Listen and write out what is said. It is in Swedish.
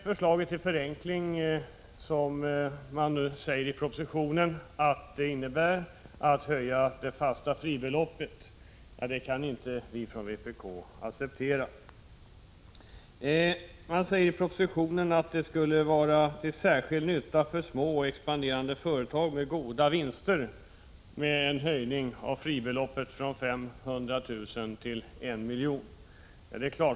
Förslaget till förenkling — som man nu i propositionen säger att en höjning av fribeloppet innebär — kan inte vi från vpk acceptera. I propositionen sägs att en höjning av fribeloppet från 500 000 kr. till 1 milj.kr. skulle vara till särskild nytta för små och expanderande företag med goda vinster.